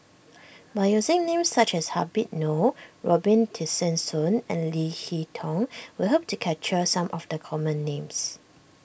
by using names such as Habib Noh Robin Tessensohn and Leo Hee Tong we hope to capture some of the common names